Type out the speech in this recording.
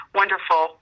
wonderful